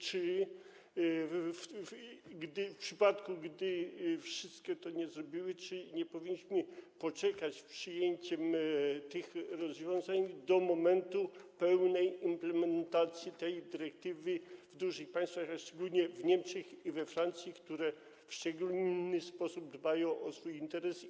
Czy w przypadku, gdy wszystkie tego nie zrobiły, nie powinniśmy poczekać z przyjęciem tych rozwiązań do momentu pełnej implementacji tej dyrektywy w dużych państwach, szczególnie w Niemczech i we Francji, które w szczególny sposób dbają o swój interes?